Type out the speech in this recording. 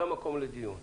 זה המקום לדיון.